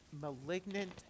malignant